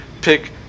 pick